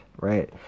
right